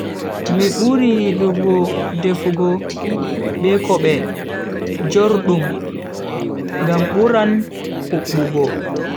Mi buri yidugo defugo ke kobe jordum ngam buran hubbugo.